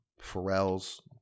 Pharrell's